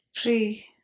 Free